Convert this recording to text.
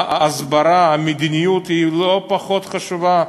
ההסברה, המדיניות היא לא פחות חשובה.